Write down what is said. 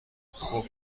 خوب